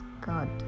god